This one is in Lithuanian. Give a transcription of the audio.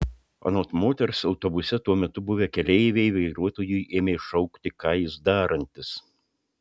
anot moters autobuse tuo metu buvę keleiviai vairuotojui ėmė šaukti ką jis darantis